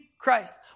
Christ